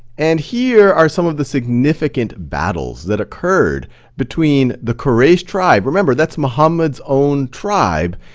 and here are some of the significant battles that occurred between the quraysh tribe, remember that's muhammed's own tribe,